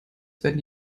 werden